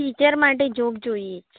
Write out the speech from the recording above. teacher માટે job જોઈએ છે